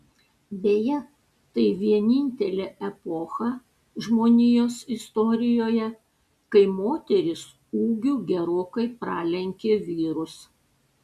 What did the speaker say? beje tai vienintelė epocha žmonijos istorijoje kai moterys ūgiu gerokai pralenkė vyrus